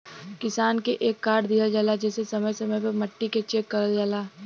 किसान के एक कार्ड दिहल जाला जेसे समय समय पे मट्टी के चेक करल जाला